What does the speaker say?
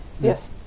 Yes